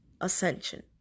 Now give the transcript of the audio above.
ascension